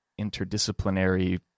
interdisciplinary